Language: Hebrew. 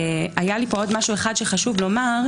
היה לי פה עוד משהו אחד שחשוב לומר.